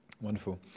Wonderful